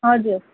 हजुर